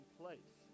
place